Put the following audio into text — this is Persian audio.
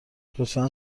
لطفا